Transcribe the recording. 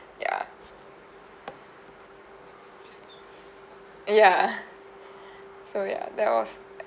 ya ya so ya that was uh